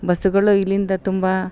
ಬಸ್ಸುಗಳು ಇಲ್ಲಿಂದ ತುಂಬ